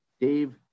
Dave